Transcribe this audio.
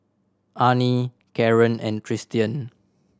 Arnie Caren and Tristian